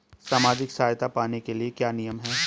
सामाजिक सहायता पाने के लिए क्या नियम हैं?